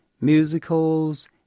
musicals